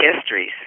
histories